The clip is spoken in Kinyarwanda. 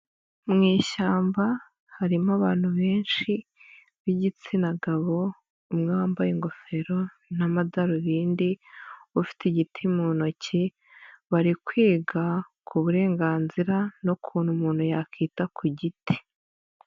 Mu ishyamba harimo abantu benshi b'igitsina gabo, umwe wambaye ingofero n'amadarubindi, ufite igiti mu ntoki, bari kwiga ku burenganzira n'ukuntu umuntu yakwita ku giti.